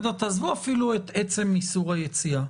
תעזבו אפילו את עצם איסור היציאה.